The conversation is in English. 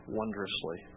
wondrously